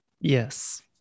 Yes